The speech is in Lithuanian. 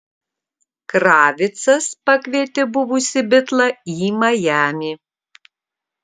kravitcas pakvietė buvusį bitlą į majamį